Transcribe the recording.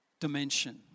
dimension